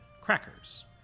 Crackers